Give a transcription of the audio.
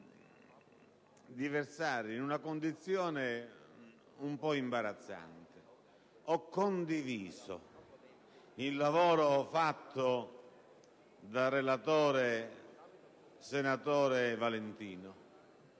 di versare in una condizione un po' imbarazzante. Ho condiviso il lavoro fatto dal relatore, senatore Valentino,